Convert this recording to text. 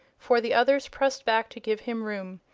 for the others pressed back to give him room.